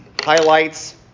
highlights